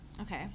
Okay